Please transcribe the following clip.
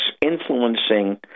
influencing